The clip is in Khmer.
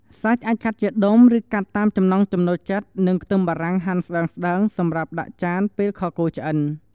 សាច់អាចកាត់ជាដុំ ឬកាត់តាមចំណង់ចំណូលចិត្ត និងខ្ទឹមបារាំងហាន់ស្តើង សម្រាប់ដាក់ចានពេលខគោឆ្អិន។